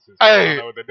Hey